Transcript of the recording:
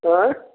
आँय